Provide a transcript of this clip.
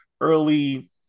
early